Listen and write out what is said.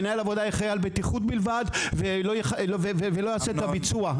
מנהל העבודה אחראי על בטיחות בלבד ולא יעשה את הביצוע.